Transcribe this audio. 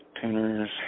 Tuners